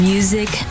Music